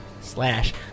slash